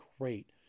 Great